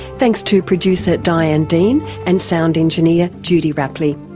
thanks to producer diane dean and sound engineer judy rapley.